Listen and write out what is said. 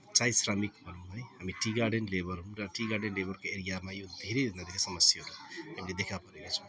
चाय श्रमिक भनौँ है हामी टी गार्डन लेबर हौँ र टी गार्डन लेबर एरियामा यो धेरै भन्दा धेरै समस्या हो अहिले देखा परिरहेछ